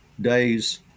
days